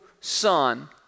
son